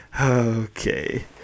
okay